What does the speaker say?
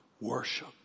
worship